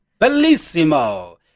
Bellissimo